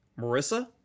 Marissa